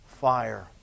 fire